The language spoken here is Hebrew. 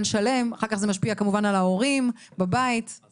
השפעה על מעגלים נוספים, מה